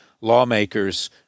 lawmakers